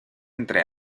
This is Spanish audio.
entre